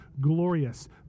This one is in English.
glorious